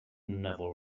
never